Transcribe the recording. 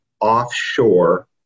offshore